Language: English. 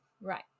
Right